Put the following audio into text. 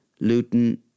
Luton